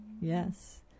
Yes